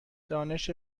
دانش